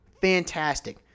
Fantastic